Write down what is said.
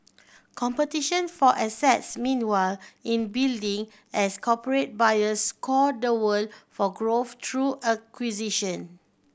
competition for assets meanwhile in building as corporate buyers scour the world for growth through acquisition